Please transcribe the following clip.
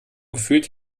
gefühlt